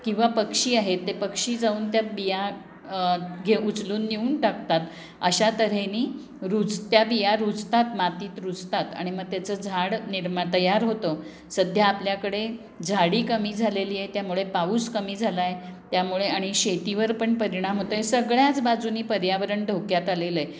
किंवा पक्षी आहेत ते पक्षी जाऊन त्या बिया घे उचलून नेऊन टाकतात अशा तऱ्हेने रुजत्या बिया रुजतात मातीत रुजतात आणि मग त्याचं झाड निर्मा तयार होतं सध्या आपल्याकडे झाडी कमी झालेली आहे त्यामुळे पाऊस कमी झाला आहे त्यामुळे आणि शेतीवर पण परिणाम होतो आहे सगळ्याच बाजूने पर्यावरण धोक्यात आलेलं आहे